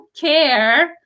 care